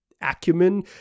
acumen